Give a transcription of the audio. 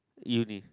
uni